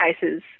cases